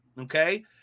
okay